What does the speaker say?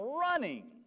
running